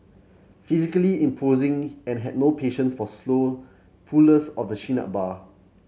physically imposing and had no patience for slow pullers of the chin up bar